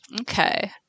Okay